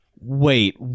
wait